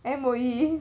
M_O_E